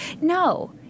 no